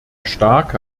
starke